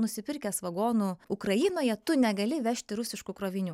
nusipirkęs vagonų ukrainoje tu negali vežti rusiškų krovinių